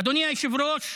אדוני היושב-ראש,